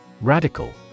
Radical